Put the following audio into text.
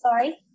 sorry